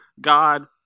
God